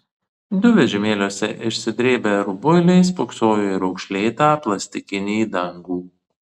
du vežimėliuose išsidrėbę rubuiliai spoksojo į raukšlėtą plastikinį dangų